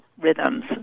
rhythms